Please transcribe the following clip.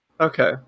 Okay